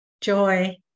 joy